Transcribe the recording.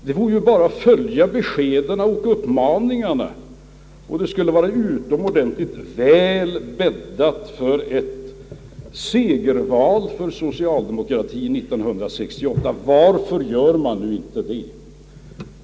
Det vore ju bara att följa beskeden och uppmaningarna, och det skulle vara utomordentligt väl bäddat för ett segerval för socialdemokratien 1968. Varför gör man nu inte det?